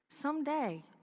someday